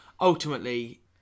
ultimately